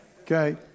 Okay